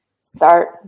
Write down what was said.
start